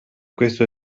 questo